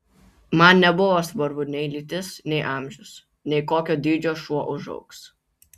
man nebuvo svarbu nei lytis nei amžius nei kokio dydžio šuo užaugs